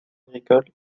agricoles